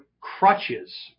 crutches